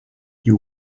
you